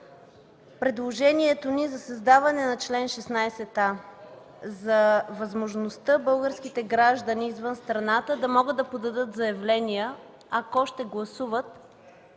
предложението ни за създаване на чл. 16а, за възможността българските граждани извън страната да могат да подадат заявления, ако още гласуват,